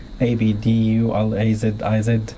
A-B-D-U-L-A-Z-I-Z